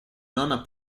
nona